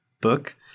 book